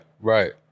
right